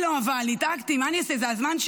הכי לא נספרת שקיימת במדינת ישראל, אוכלוסיית